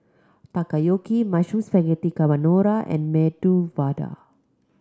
Takoyaki Mushroom Spaghetti Carbonara and Medu Vada